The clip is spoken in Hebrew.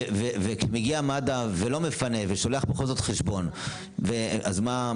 ומגיע מד"א ולא מפנה ושולח בכל זאת חשבון, אז מה,